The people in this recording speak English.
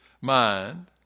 mind